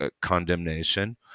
condemnation